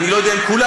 אני לא יודע אם כולם,